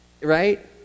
right